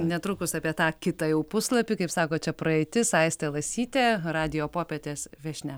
netrukus apie tą kitą jau puslapį kaip sakot čia praeitis aistė lasytė radijo popietės viešnia